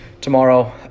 tomorrow